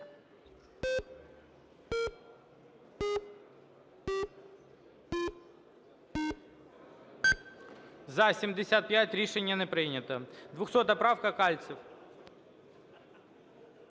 За-75 Рішення не прийнято. 200 правка, Кальцев.